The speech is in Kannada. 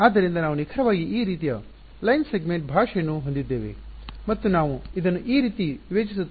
ಆದ್ದರಿಂದ ನಾವು ನಿಖರವಾಗಿ ಈ ರೀತಿಯ ಲೈನ್ ಸೆಗ್ಮೆಂಟ್ ಭಾಷೆಯನ್ನು ಹೊಂದಿದ್ದೇವೆ ಮತ್ತು ನಾವು ಇದನ್ನು ಈ ರೀತಿ ವಿವೇಚಿಸುತ್ತೇವೆ